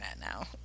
now